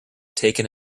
taken